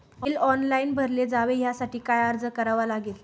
Bill online भरले जावे यासाठी काय अर्ज करावा लागेल?